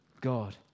God